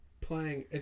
playing